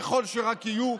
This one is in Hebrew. ככל שרק יהיו,